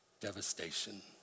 devastation